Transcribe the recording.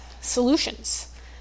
solutions